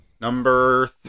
Number